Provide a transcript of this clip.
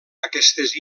aquestes